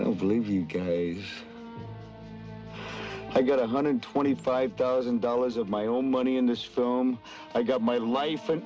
i don't believe you gays i got a hundred twenty five thousand dollars of my own money in this film i got my life